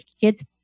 kids